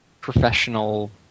professional